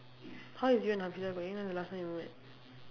how is you and hafeezah going when was the last time you met